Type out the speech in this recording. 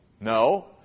No